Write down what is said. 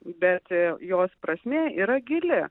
bet jos prasmė yra gili